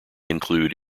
include